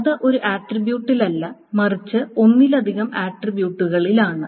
അത് ഒരു ആട്രിബ്യൂട്ടിലല്ല മറിച്ച് ഒന്നിലധികം ആട്രിബ്യൂട്ടുകളിലാണ്